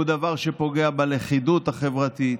הוא דבר שפוגע בלכידות החברתית,